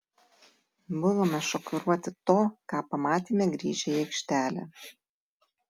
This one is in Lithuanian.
buvome šokiruoti to ką pamatėme grįžę į aikštelę